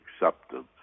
acceptance